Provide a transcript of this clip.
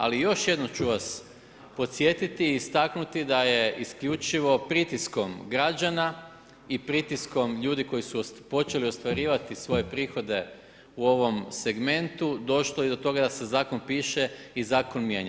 Ali, još jednom ću vas podsjetiti i istaknuti, da je isključivo pritiskom građana, i pritiskom ljudi koji su počeli ostvarivati svoje prihode u ovom segmentu, došlo i do toga da se zakon piše i zakon mijenja.